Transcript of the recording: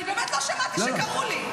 אני באמת לא שמעתי שקראו לי.